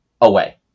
away